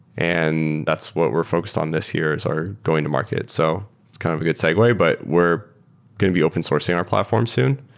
and that's what we're focused on this year. it's our going to market. so it's kind of a good segue, but we're going to be open sourcing our platform soon.